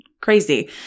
crazy